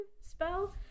spell